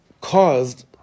caused